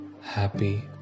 happy